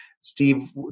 Steve